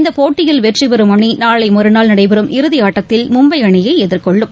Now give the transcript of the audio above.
இந்தப் போட்டியில் வெற்றிபெறும் அணிநாளைமறுநாள் நடைபெறும் இறுதியாட்டத்தில் மும்பைஅணியைஎதிர்கொள்ளும்